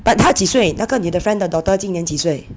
but 她几岁那个你的 friend 的 daughter 今年几岁